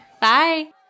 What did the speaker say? Bye